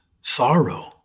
sorrow